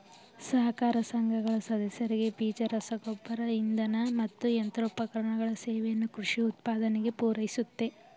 ಸಹಕಾರ ಸಂಘಗಳು ಸದಸ್ಯರಿಗೆ ಬೀಜ ರಸಗೊಬ್ಬರ ಇಂಧನ ಮತ್ತು ಯಂತ್ರೋಪಕರಣ ಸೇವೆಯನ್ನು ಕೃಷಿ ಉತ್ಪಾದನೆಗೆ ಪೂರೈಸುತ್ತೆ